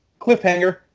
cliffhanger